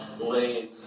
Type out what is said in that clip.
Lane